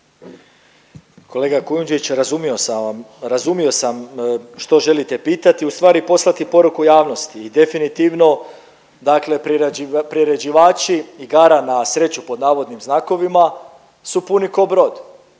sam vam, razumio sam što želite pitati ustvari poslati poruku javnosti i definitivno dakle priređivači igara na sreću pod navodnim znakovima su puni ko brod.